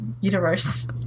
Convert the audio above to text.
universe